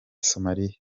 somalia